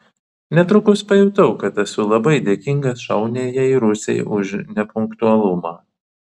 netrukus pajutau kad esu labai dėkingas šauniajai rusei už nepunktualumą